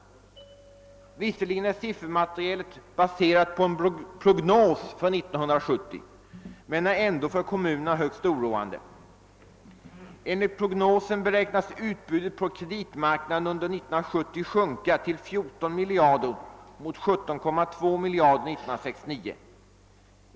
Visserligen är siffermaterialet baserat på en prognos för 1970, men det är ändå högst oroande för kommunerna. Enligt prognosen beräknas utbudet på kreditmarknaden under 1970 sjunka till 14 miljarder mot 17,2 miljarder 1969.